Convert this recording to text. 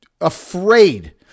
afraid